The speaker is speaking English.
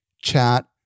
chat